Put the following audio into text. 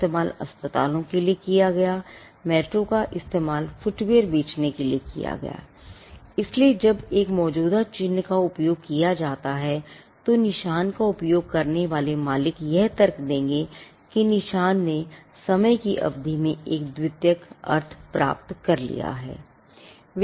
इसलिए जब एक मौजूदा चिह्न का उपयोग किया जाता है तो निशान का उपयोग करने वाले मालिक यह तर्क देंगे कि निशान ने समय की अवधि में एक द्वितीयक अर्थ प्राप्त कर लिया है